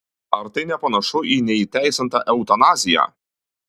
ar tai nepanašu į neįteisintą eutanaziją